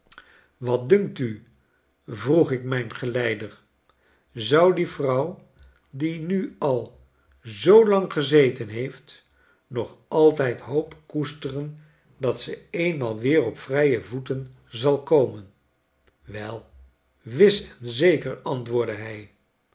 wat dunkt u vroeg ik mijn geleider zou die vrouw die nu al zoo lang gezeten heeft nog altijd hoop koesteren dat ze eenmaal weer op vrije voeten zal komen wel wis en zeker antwoordde hij